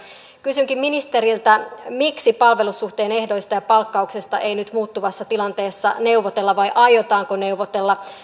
kysynkin ministeriltä miksi palvelussuhteen ehdoista ja palkkauksesta ei nyt muuttuvassa tilanteessa neuvotella vai aiotaanko neuvotella